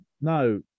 No